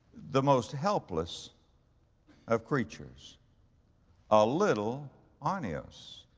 the most helpless of creatures a little arnios,